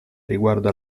riguarda